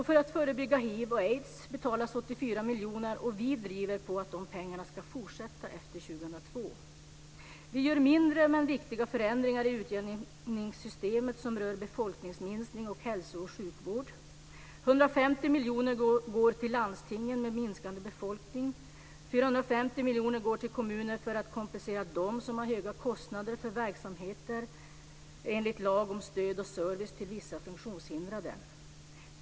För att förebygga hiv/aids betalas 84 miljoner, och vi driver på att de pengarna ska fortsätta att betalas även efter Vi gör mindre men viktiga förändringar i utjämningssystemet som rör befolkningsminskning och hälso och sjukvård. 150 miljoner kronor går till landstingen med minskande befolkning. 450 miljoner kronor går till kommuner för att kompensera dem som har höga kostnader för verksamheter enligt lag om stöd och service till vissa funktionshindrade.